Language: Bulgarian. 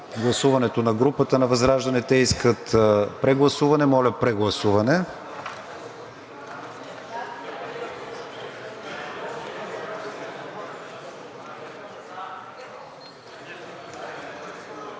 гласуването на групата на ВЪЗРАЖДАНЕ. Те искат прегласуване. Моля, прегласуване.